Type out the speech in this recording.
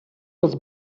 was